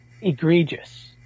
egregious